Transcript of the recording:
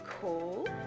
cool